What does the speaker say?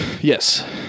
Yes